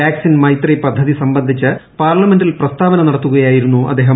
vaccine Maitri പദ്ധതി സംബന്ധിച്ച് പാർലമെന്റിൽ പ്രസ്താവന നടത്തുകയായിരുന്നു ആദ്ദേഹം